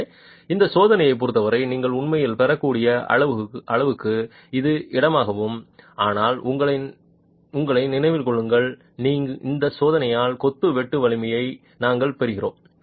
எனவே இந்த சோதனையைப் பொருத்தவரை நீங்கள் உண்மையில் பெறக்கூடிய அளவுக்கு இது இடமாகவும் ஆனால் உங்களை நினைவில் கொள்ளுங்கள் இந்த சோதனையால் கொத்து வெட்டு வலிமையை நாங்கள் பெறுகிறோம்